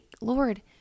Lord